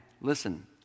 listen